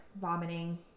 vomiting